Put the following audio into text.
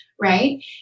right